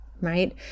right